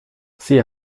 sie